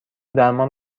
درمان